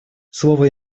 слово